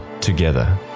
together